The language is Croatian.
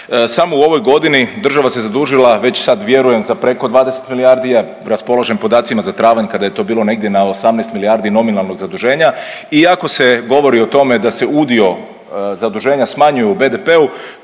samo u ovoj godini država se zadužila već sad vjerujem za preko 20 milijardi, ja raspolažem s podacima za travanj kada je to bilo negdje na 18 milijardi nominalnog zaduženja i ako se govori o tome da se udio zaduženja smanjuje u BDP-u